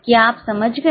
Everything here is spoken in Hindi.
क्या आप समझ गए